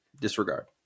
disregard